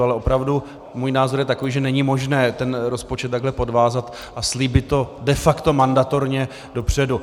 Ale opravdu můj názor je takový, že není možné ten rozpočet takhle podvázat a slíbit to de facto mandatorně dopředu.